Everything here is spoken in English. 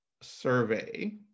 survey